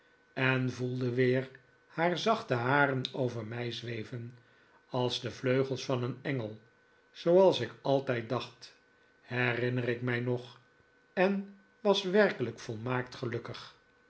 en voelde weer haar zachte haren over mij zweven als de vleugels van een engel zooals ik altijd dacht herinner ik mij nog en was werkelijk volmaakt gelukkig